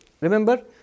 remember